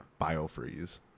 Biofreeze